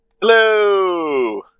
Hello